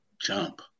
Jump